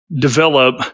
develop